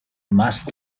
must